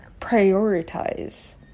prioritize